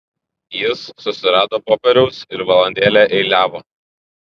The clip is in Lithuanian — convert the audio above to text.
jis susirado popieriaus ir valandėlę eiliavo